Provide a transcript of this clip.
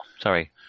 sorry